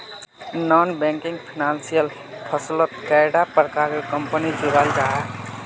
Non banking financial फसलोत कैडा प्रकारेर कंपनी जुराल जाहा?